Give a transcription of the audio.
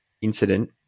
incident